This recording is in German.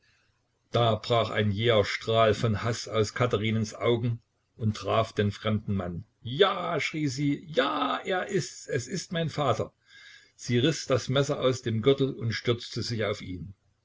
da brach ein jäher strahl von haß aus katherinens augen und traf den fremden mann ja schrie sie ja er ist's es ist mein vater sie riß das messer aus dem gürtel und stürzte sich auf ihn